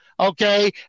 Okay